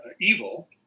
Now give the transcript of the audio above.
evil